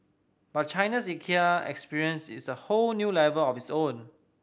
but China's Ikea experience is a whole new level of its own